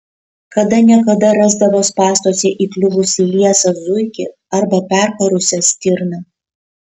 kada ne kada rasdavo spąstuose įkliuvusį liesą zuikį arba perkarusią stirną